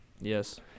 Yes